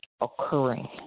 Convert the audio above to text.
occurring